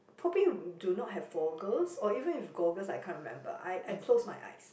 probably do not have google or even with google I can't remember I I close my eyes